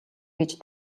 гэж